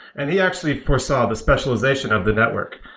and he actually foresaw the specialization of the network.